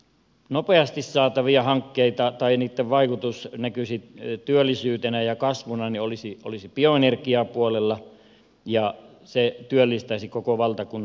nopeasti saatavia hankkeita tai niitten vaikutus näkyisi työllisyytenä ja kasvuna olisi bioenergiapuolella ja se työllistäisi koko valtakunnan alueella